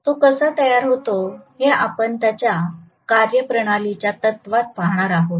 तो कसा तयार होतो हे आपण त्याच्या कार्यप्रणालीच्या तत्वात पाहणार आहोत